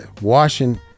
washing